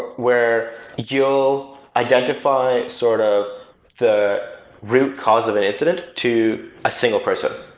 where you'll identify sort of the root cause of an incident to a single person.